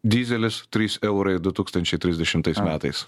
dyzelis trys eurai du tūkstančiai trisdešimtais metais